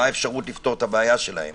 מה האפשרות לפתור את הבעיה שלהם?